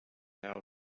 how